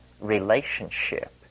relationship